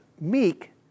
meek